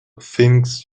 things